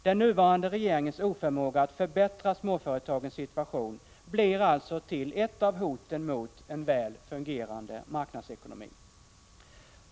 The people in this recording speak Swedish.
Den nuvarande regeringens oförmåga att förbättra småföretagens situation utgör därför ett av hoten mot en väl fungerande marknadsekonomi.